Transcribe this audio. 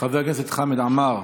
חבר הכנסת חמד עמאר,